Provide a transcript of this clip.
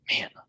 man